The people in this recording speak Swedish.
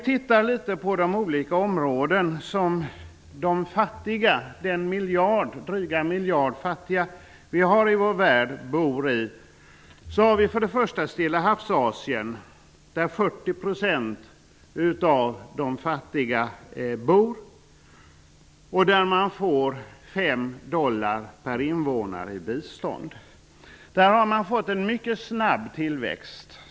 Det finns drygt en miljard fattiga människor. 40 % av de fattiga bor i Stilla havs-Asien. Där får man fem dollar per invånare i bistånd. Där har man fått en mycket snabb tillväxt.